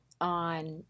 on